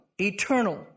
eternal